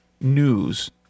news